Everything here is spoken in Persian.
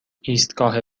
ایستگاه